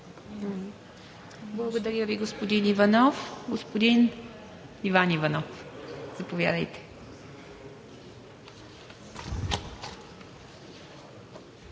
Благодаря Ви, господин Иванов. Господин Иван Иванов, заповядайте.